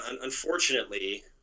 unfortunately